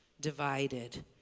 divided